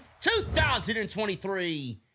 2023